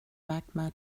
magma